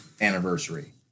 anniversary